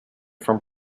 from